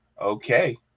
Okay